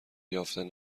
یافتن